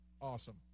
awesome